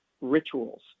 rituals